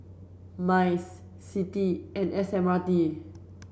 MICE CITI and S M R T